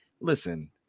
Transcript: Listen